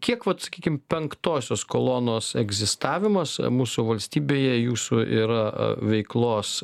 kiek vat sakykim penktosios kolonos egzistavimas mūsų valstybėje jūsų yra veiklos